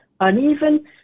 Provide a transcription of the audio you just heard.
uneven